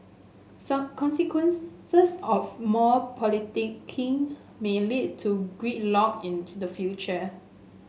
son consequences of more politicking may lead to gridlock in the future